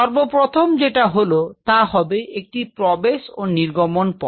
সর্বপ্রথম যেটা হলো তা হবে একটি প্রবেশ ও নির্গমন পথ